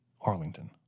Arlington